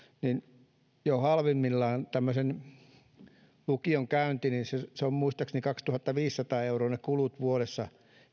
niin jo halvimmillaan lukion käynnin kulut ovat muistaakseni kaksituhattaviisisataa euroa vuodessa